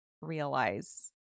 realize